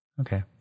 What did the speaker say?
Okay